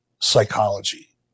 psychology